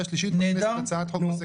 שלישית בכנסת הצעת חוק --- נהדר,